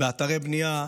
באתרי בנייה,